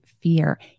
Fear